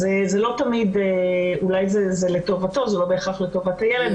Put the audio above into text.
אז אולי זה לטובתו, זה לא בהכרח לטובת הילד.